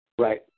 Right